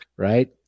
Right